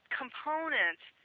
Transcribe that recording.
components